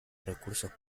recursos